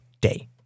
day